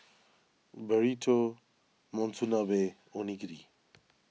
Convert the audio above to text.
Burrito Monsunabe and Onigiri